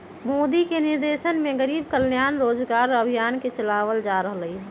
मोदी के निर्देशन में गरीब कल्याण रोजगार अभियान के चलावल जा रहले है